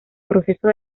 proceso